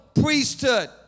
priesthood